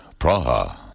Praha